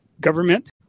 government